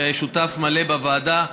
שהוא שותף מלא בוועדה,